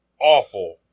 awful